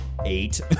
eight